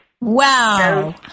Wow